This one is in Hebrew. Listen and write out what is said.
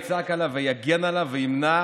יצעק עליו ויגן עליו וימנע